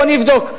בוא נבדוק,